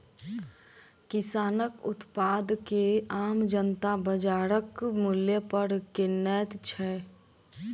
किसानक उत्पाद के आम जनता बाजारक मूल्य पर किनैत छै